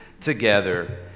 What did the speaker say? together